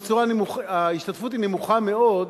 ההשתתפות היא נמוכה מאוד,